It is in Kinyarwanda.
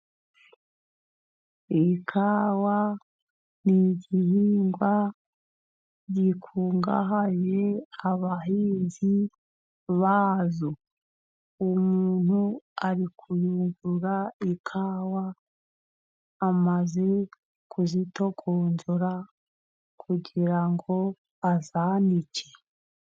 Ikawa ni igihingwa gikungahaje abahinzi bazo. Umuntu ari kuyungura ikawa, amaze kuzitokonzora, kugira ngo azanike.